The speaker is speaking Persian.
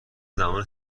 زمان